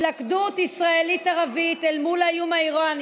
התלכדות ישראלית-ערבית אל מול האיום האיראני